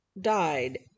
died